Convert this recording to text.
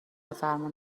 فرمون